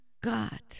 God